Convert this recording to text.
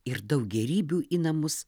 ir daug gėrybių į namus